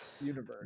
universe